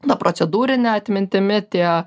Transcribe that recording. na procedūrine atmintimi tie